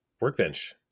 workbench